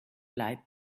light